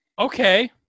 Okay